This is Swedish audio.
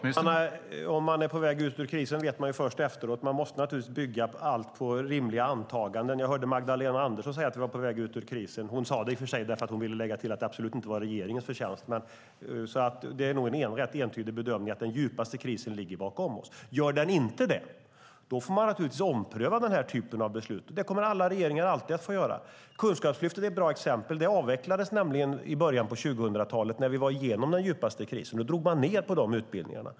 Herr talman! Om man är på väg ut ur krisen vet man först efteråt. Man måste naturligtvis bygga allt på rimliga antaganden. Jag hörde Magdalena Andersson säga att vi var på väg ut ur krisen. Hon sade det i och för sig för att hon ville lägga till att det absolut inte var regeringens förtjänst, men det är nog en rätt entydig bedömning att den djupaste krisen ligger bakom oss. Gör den inte det får man naturligtvis ompröva den här typen av beslut. Det kommer alla regeringar alltid att få göra. Kunskapslyftet är ett bra exempel. Det avvecklades i början av 2000-talet när vi var igenom den djupaste krisen. Då drog man ned på de utbildningarna.